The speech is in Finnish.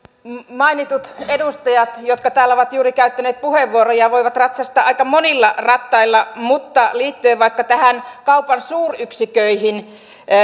mainitut edustajat jotka täällä ovat juuri käyttäneet puheenvuoroja voivat ratsastaa aika monilla rattailla mutta liittyen vaikka kaupan suuryksiköihin